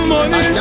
Money